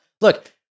Look